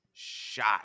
shot